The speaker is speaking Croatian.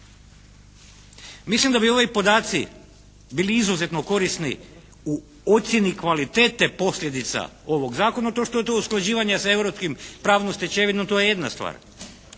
Mislim da bi ovi podaci bili izuzetno korisni u ocjeni kvalitete posljedica ovog zakona. To što je to usklađivanje s europskim pravnom stečevinom to je jedna stvar.